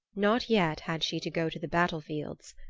not yet had she to go to the battlefields.